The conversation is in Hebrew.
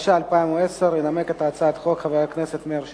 התש"ע 2010. ינמק את הצעת החוק חבר הכנסת מאיר שטרית.